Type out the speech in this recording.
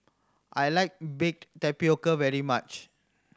I like baked tapioca very much